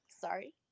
sorry